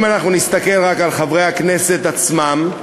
אם אנחנו נסתכל רק על חברי הכנסת עצמם,